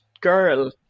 girl